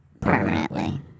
permanently